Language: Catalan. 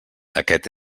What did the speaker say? aquest